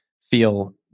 feel